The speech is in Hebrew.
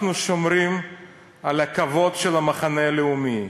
אנחנו שומרים על הכבוד של המחנה הלאומי.